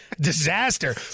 Disaster